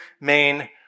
main